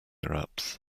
apps